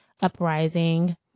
uprising